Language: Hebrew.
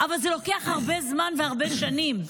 אבל זה לוקח הרבה זמן והרבה שנים.